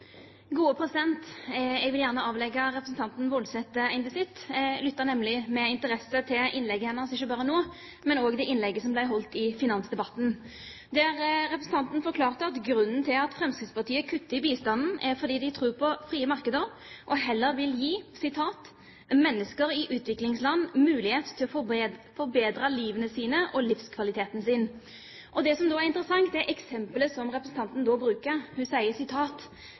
Jeg vil gjerne avlegge representanten Woldseth en visitt. Jeg lyttet nemlig med interesse til innlegget hennes nå, og jeg lyttet også til det innlegget som hun holdt i finansdebatten, der hun forklarte at grunnen til at Fremskrittspartiet kutter i bistanden, er at de tror på det frie markedet og heller vil «gi mennesker i utviklingsland en mulighet til å forbedre livene sine og forbedre livskvaliteten sin». Det som da er interessant, er eksempelet som representanten da brukte. Hun